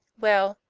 well,